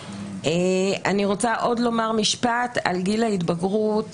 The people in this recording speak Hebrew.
אני רוצה לומר עוד משפט על גיל ההתבגרות